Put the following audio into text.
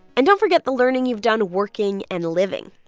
and don't forget the learning you've done working and living.